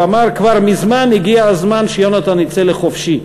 הוא אמר: כבר מזמן הגיע הזמן שיהונתן יצא לחופשי.